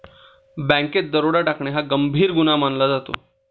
बँकेत दरोडा टाकणे हा गंभीर गुन्हा मानला जातो